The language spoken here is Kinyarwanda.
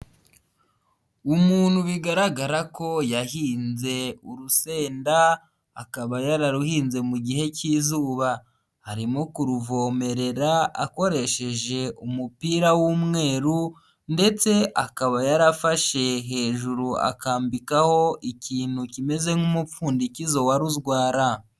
Umuntu bigaragara ko yahinze urusenda, akaba yararuhinze mu gihe cy'izuba, arimo kuruvomerera akoresheje umupira w'umweru ndetse akaba yarafashe hejuru akambikaho ikintu kimeze nk'umupfundikizo wa rozwara.